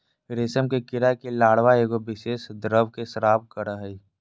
रेशम के कीड़ा के लार्वा एगो विशेष द्रव के स्त्राव करय हइ